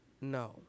no